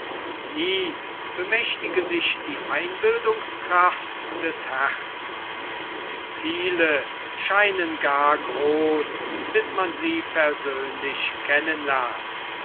nie bemächtige sich die einbildungskraft des herzens viele scheinen gar groß bis man sie persönlich